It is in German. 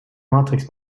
matrix